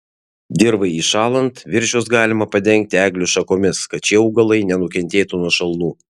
dirvai įšąlant viržius galima padengti eglių šakomis kad šie augalai nenukentėtų nuo šalnų